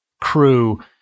crew